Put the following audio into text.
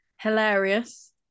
hilarious